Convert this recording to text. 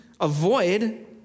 avoid